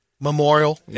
Memorial